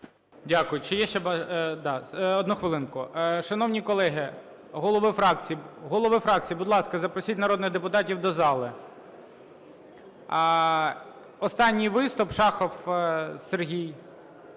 Дякую. Чи є ще… Да, одну хвилинку. Шановні колеги! Голови фракцій, будь ласка, запросіть народних депутатів до зали. Останній виступ - Шахов Сергій